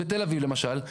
בתל אביב למשל,